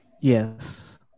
Yes